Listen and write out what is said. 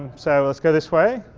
so let's go this way.